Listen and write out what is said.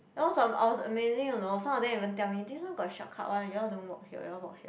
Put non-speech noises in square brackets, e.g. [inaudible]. [noise] I was amazing you know some of them even tell me this one got shortcut one you all don't walk here you all walk here